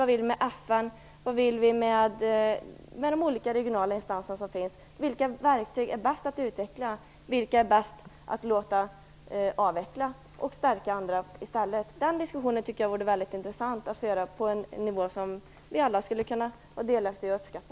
Vad vill vi med FN och med de olika regionala instanser som finns? Vilka verktyg är bäst att utveckla? Vilka är bäst att låta avveckla medan man stärker andra? Den diskussionen tycker jag vore väldigt intressant att föra på en nivå som vi alla skulle kunna vara delaktiga i och uppskatta.